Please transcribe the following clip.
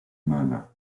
mana